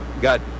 got